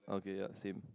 okay yeah same